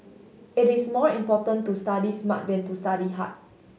it is more important to study smart than to study hard